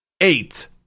eight